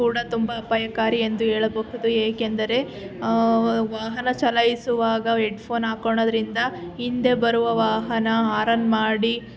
ಕೂಡ ತುಂಬ ಅಪಾಯಕಾರಿ ಎಂದು ಹೇಳಬಹುದು ಏಕೆಂದರೆ ವಾಹನ ಚಲಾಯಿಸುವಾಗ ಎಡ್ಫೋನ್ ಹಾಕೋಳ್ಳೋದ್ರಿಂದ ಹಿಂದೆ ಬರುವ ವಾಹನ ಆರನ್ ಮಾಡಿ